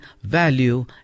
value